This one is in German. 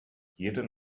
jeden